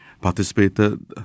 participated